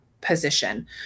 position